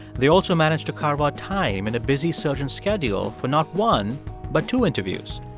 they also managed to carve out time in a busy surgeon's schedule for not one but two interviews.